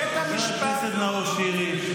בית המשפט, חבר הכנסת נאור שירי.